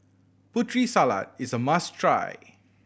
Putri Salad is a must try